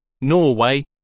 Norway